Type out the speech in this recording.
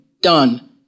done